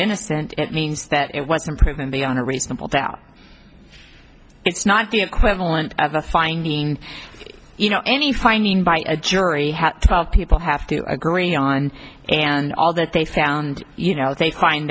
innocent it means that it wasn't proven beyond a reasonable doubt it's not the equivalent of a finding you know any finding by a jury twelve people have to agree on and all that they found you know if they find